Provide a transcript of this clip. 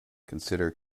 consider